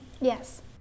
Yes